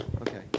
Okay